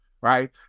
right